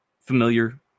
Familiar